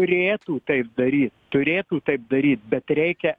turėtų taip daryt turėtų taip daryt bet reikia